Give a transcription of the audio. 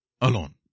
alone